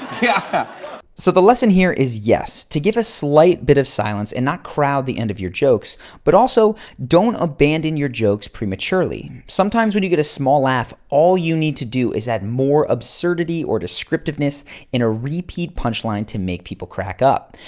yeah so the lesson here is, yes, to give a slight bit of silence and not crowd the end of your jokes but also, don't abandon your jokes prematurely. sometimes, when you get a small laugh, all you need to do is have more absurdity or descriptiveness in a repeat punchline to make people crack up.